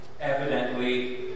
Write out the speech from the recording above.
evidently